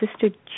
Sister